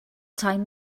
time